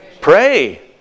Pray